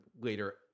later